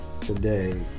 Today